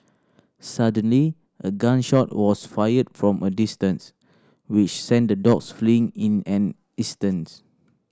suddenly a gun shot was fired from a distance which sent the dogs fleeing in an instance